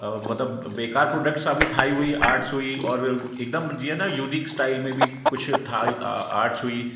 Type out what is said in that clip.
मतलबु बेकारि प्रॉडक्ट्स सां बि ठाही हुई आर्ट्स हुई और हिकदमि जीअं न यूनीक स्टाइल में बि कुझु ठाही आहे आर्ट्स हुई